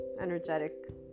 energetic